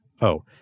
Oh